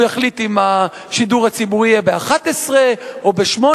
והוא יחליט אם השידור הציבורי יהיה ב-11 או ב-8.